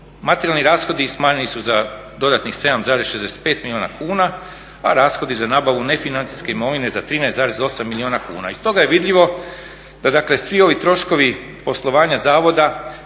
Materijalni rashodi smanjeni su za dodatnih 7,65 milijuna kuna a rashodi za nabavu nefinancijske imovine za 13,8 milijuna kuna. Iz toga je vidljivo da dakle svi ovi troškovi poslovanja zavoda